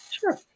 Sure